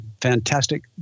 Fantastic